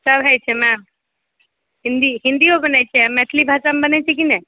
सभ होइत छै ने हिन्दी हिन्दिओ बनैत छै आ मैथिली भाषामे बनैत छै की नहि